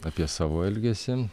apie savo elgesį